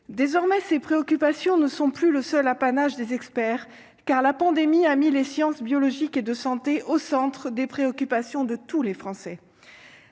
désormais ces préoccupations ne sont plus le seul apanage des experts car la pandémie a mis les sciences biologiques et de santé au centre des préoccupations de tous les Français